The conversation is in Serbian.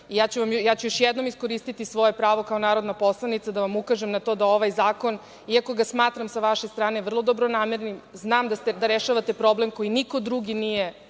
Ja ću još jednom iskoristiti svoje pravo kao narodna poslanica, da vam ukažem na to da ovaj zakon, iako ga smatram sa vaše strane vrlo dobronamernim, znam da rešavate problem koji niko drugi nije